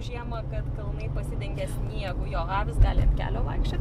žiemą kad kalnai pasidengia sniegu jo avys gali ant kelio vaikščioti